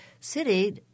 city